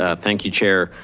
ah thank you, chair,